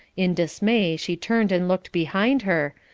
in dismay she turned and looked behind her,